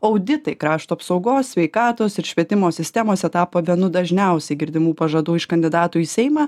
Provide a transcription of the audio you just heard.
auditai krašto apsaugos sveikatos ir švietimo sistemose tapo vienu dažniausiai girdimų pažadų iš kandidatų į seimą